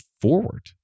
forward